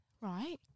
right